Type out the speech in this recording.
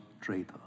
traitor